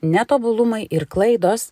netobulumai ir klaidos